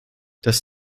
das